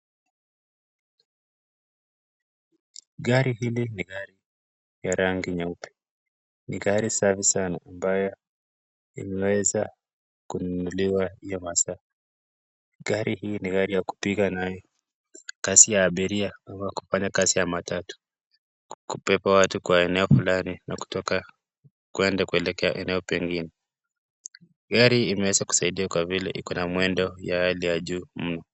Gari hili ni gari ya rangi nyeupe. Ni gari safi sana ambayo linaweza kununuliwa hio masaa. Gari hii ni gari ya kupiga nayo kazi ya abiria ama kufanya kazi ya matatu, kubeba watu kwa eneo fulani na kutoka kwenda kuelekea eneo pengine. Gari imeweza kusaidia kwa vile iko na mwendo ya hali ya juu mno.